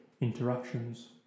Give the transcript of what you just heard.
interactions